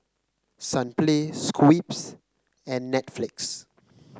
Sunplay Schweppes and Netflix